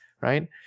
right